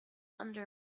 under